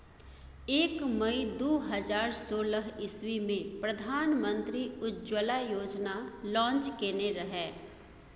एक मइ दु हजार सोलह इस्बी मे प्रधानमंत्री उज्जवला योजना लांच केने रहय